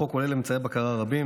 החוק כולל אמצעי בקרה רבים,